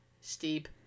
steep